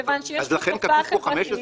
מכיוון --- אז לכן לכתוב פה 15?